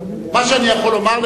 מה שאני יכול לומר,